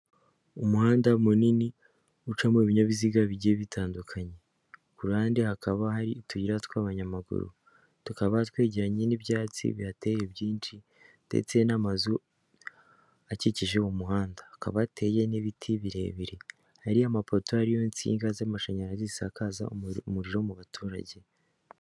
Umuhanda munini ucamo ibinyabiziga bigiye bitandukanye, ku ruhande hakaba hari utuyira tw'abanyamaguru, tukaba twegeranye n'ibyatsi bihateye byinshi ndetse n'amazu akikije uwo muhanda, hakaba hateye n'ibiti birebire, hari amapotori ari ho insinga z'amashanyarazi zisakaza umuriro mu baturage.